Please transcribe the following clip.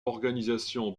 organisation